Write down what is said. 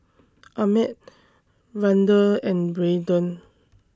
Ahmed Vander and Brayden